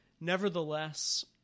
nevertheless